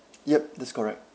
yup that's correct